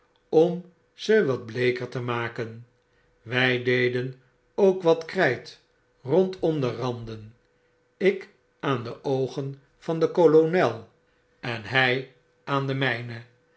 om ze wat bleeker te riaaken wy deden ook wat kryt rondom de randen ik aan de oogen van den kolonel en hy aan de myne